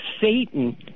Satan